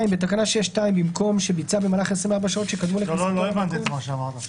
לא הבנתי את מה שאמרת עכשיו.